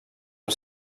els